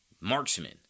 marksman